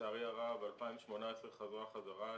לצערי הרב 2018 חזרה חזרה,